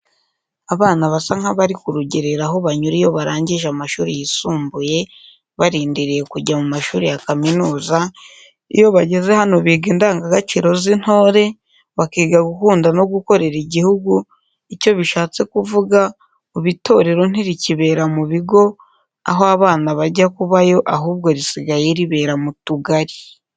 Abana basa nkabari kurugerero aho banyura iyo barangije amashuri yisumbuye barindiriye kujya mu mashuri ya kaminuza, iyo bageze hano biga indanga gaciro z'intore, bakiga gukunda no gukorera igihugu icyo bishatse kuvuga, ubu itorero ntirikibera mubigo aho abana bajya kubayo ahubwo risigaye ribera mu tugari.